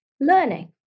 learning